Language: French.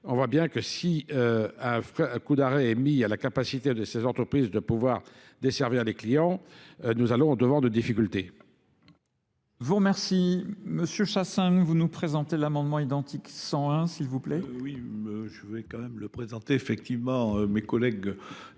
On voit bien que si un coup d'arrêt est mis à la capacité de ces entreprises de pouvoir desservir les clients, nous allons en devant de difficultés. Vous remercie. Monsieur Chassin, vous nous présentez l'amendement identique 101, s'il vous plaît. plaît. Oui, je vais quand même le présenter. Effectivement, mes collègues